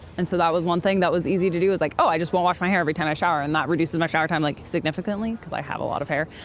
and so that was one thing that was easy to do. like, oh, i just won't wash my hair every time i shower. and that reduces my showertime, like, significantly. cause i have a lot of hair.